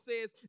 says